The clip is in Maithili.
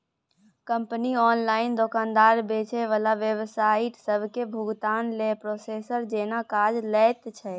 कंपनी ऑनलाइन दोकानदार, बेचे बला वेबसाइट सबके भुगतानक लेल प्रोसेसर जेना काज लैत छै